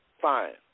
Fine